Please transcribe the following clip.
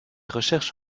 recherches